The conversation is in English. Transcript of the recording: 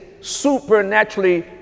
supernaturally